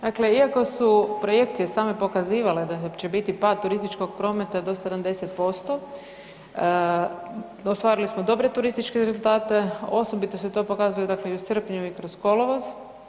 Dakle, iako su projekcije same pokazivale da će biti pad turističkog prometa do 70% ostvarili smo dobre turističke rezultate, osobito se to pokazalo i u srpnju i kroz kolovoz.